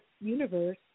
universe